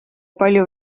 palju